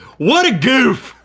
what a goof!